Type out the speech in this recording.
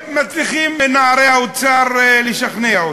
ונערי האוצר מצליחים לשכנע אותו.